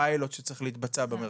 לפיילוט שצריך להתבצע במרכז.